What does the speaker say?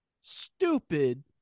stupid